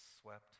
swept